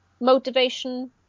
motivation